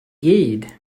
gyd